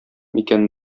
икәнен